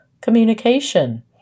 communication